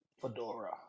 fedora